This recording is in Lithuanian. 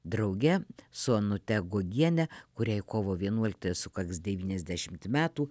drauge su onute guogiene kuriai kovo vienuoliktąją sukaks devyniasdešimt metų